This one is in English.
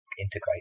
Integrate